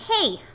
hey